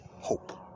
hope